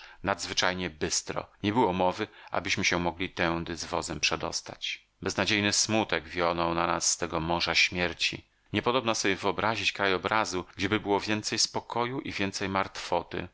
nadzwyczajnie bystro nie było mowy abyśmy się mogli tędy z wozem przedostać beznadziejny smutek wionął na nas z tego morza śmierci niepodobna sobie wyobrazić krajobrazu gdzieby było więcej spokoju i więcej martwoty